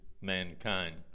mankind